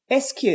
SQ